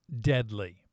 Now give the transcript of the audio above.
deadly